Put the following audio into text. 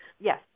Yes